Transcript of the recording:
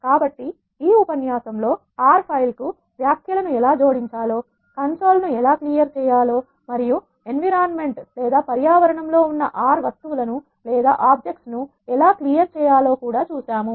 కాబట్టి ఈ ఉపన్యాసంలో R ఫైల్ కు వ్యాఖ్యలను ఎలా జోడించా లో consoleకన్సోల్ ను ఎలా క్లియర్ చేయాలో మరియు పర్యావరణము లో లో ఉన్నR ఆబ్జెక్ట్స్ ను ఎలా క్లియర్ చేయాలో కూడా చూశాము